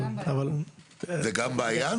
זו גם בעיה?